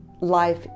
life